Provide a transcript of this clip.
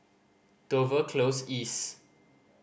Dover Close East